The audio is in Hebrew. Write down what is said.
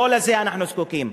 לא לזה אנחנו זקוקים,